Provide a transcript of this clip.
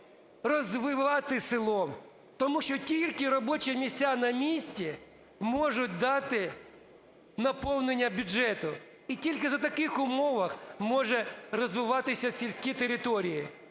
розвивати село, тому що тільки робочі місця на місці можуть дати наповнення бюджету. І тільки за таких умов можуть розвиватися сільські території.